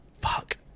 Fuck